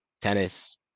tennis